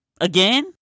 again